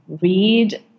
read